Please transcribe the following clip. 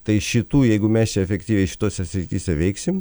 tai šitų jeigu mes čia efektyviai šitose srityse veiksim